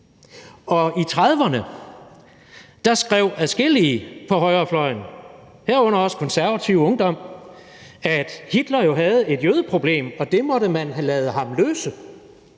Og i 1930'erne skrev adskillige på højrefløjen, herunder også Konservativ Ungdom, at Hitler jo havde et jødeproblem, og at det måtte man lade ham løse.